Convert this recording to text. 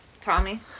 Tommy